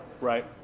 Right